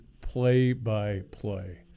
play-by-play